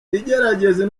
igerageza